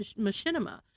Machinima